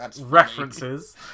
References